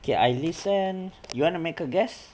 okay I listen you wanna make a guess